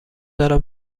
دارم